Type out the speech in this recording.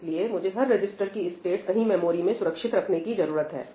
इसलिए मुझे हर रजिस्टर की स्टेट कहीं मेमोरी में सुरक्षित रखने की जरूरत है